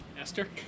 Esther